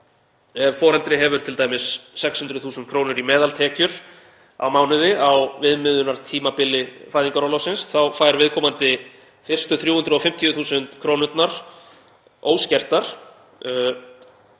ef foreldri hefur t.d. 600.000 kr. í meðaltekjur á mánuði á viðmiðunartímabili fæðingarorlofsins fær viðkomandi fyrstu 350.000 krónurnar óskertar